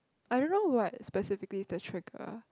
I don't know what specifically is the trigger